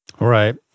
Right